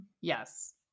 Yes